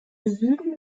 süden